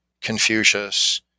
Confucius